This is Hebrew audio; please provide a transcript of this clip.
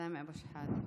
סמי אבו שחאדה.